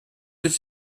durch